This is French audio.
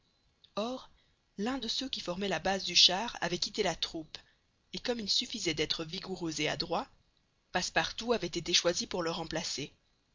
or l'un de ceux qui formaient la base du char avait quitté la troupe et comme il suffisait d'être vigoureux et adroit passepartout avait été choisi pour le remplacer